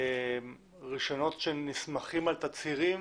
רישיונות שנסמכים על תצהירים,